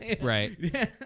Right